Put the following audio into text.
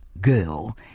girl